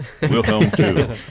Wilhelm